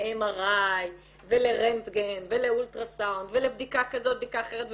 ל-MRI ולרנטגן ולאולטראסאונד ולבדיקה כזאת ובדיקה אחרת.